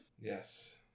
Yes